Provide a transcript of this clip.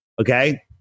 okay